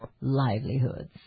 livelihoods